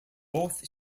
both